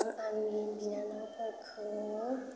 आंनि बिनानावफोरखौ